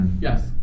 Yes